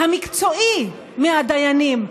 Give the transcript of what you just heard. המקצועי מהדיינים,